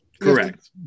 Correct